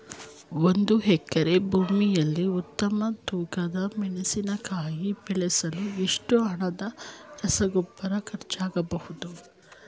ಒಂದು ಎಕರೆ ಭೂಮಿಯಲ್ಲಿ ಉತ್ತಮ ತೂಕದ ಮೆಣಸಿನಕಾಯಿ ಬೆಳೆಸಲು ಎಷ್ಟು ಹಣದ ರಸಗೊಬ್ಬರ ಖರ್ಚಾಗಬಹುದು?